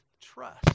trust